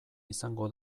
izango